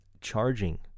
charging